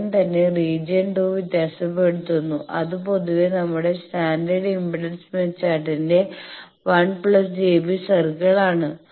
ഉടൻ തന്നെ റീജിയൻ 2 വ്യത്യാസപ്പെടുത്തുന്നു അത് പൊതുവെ നമ്മുടെ സ്റ്റാൻഡേർഡ് ഇംപെഡൻസ് സ്മിത്ത് ചാർട്ടിലെ 1 പ്ലസ് jb സർക്കിൾ ആണ്